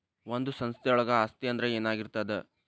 ಒಂದು ಸಂಸ್ಥೆಯೊಳಗ ಆಸ್ತಿ ಅಂದ್ರ ಏನಾಗಿರ್ತದ?